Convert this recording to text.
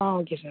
ah okay sir